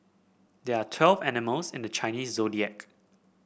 there are twelve animals in the Chinese Zodiac